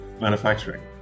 manufacturing